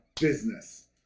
business